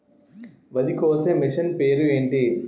వరి కోసే మిషన్ పేరు ఏంటి